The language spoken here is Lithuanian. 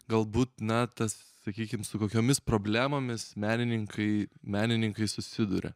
galbūt na tas sakykim su kokiomis problemomis menininkai menininkai susiduria